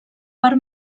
per